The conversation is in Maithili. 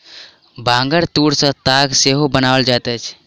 बांगक तूर सॅ ताग सेहो बनाओल जाइत अछि